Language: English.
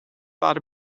thought